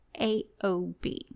AOB